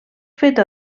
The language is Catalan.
feta